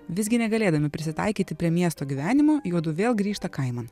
visgi negalėdami prisitaikyti prie miesto gyvenimo juodu vėl grįžta kaiman